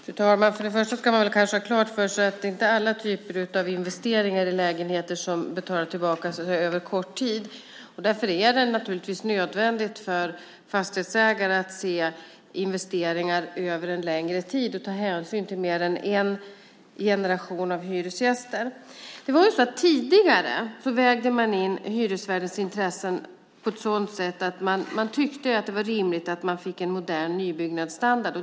Fru talman! Först och främst ska man kanske ha klart för sig att det inte är alla typer av investeringar i lägenheter som betalar sig över kort tid. Därför är det naturligtvis nödvändigt för fastighetsägare att se investeringar över en längre tid och ta hänsyn till mer än en generation av hyresgäster. Tidigare vägdes hyresvärdens intressen in på sådant sätt att man tyckte att det var rimligt att man fick en modern nybyggnadsstandard.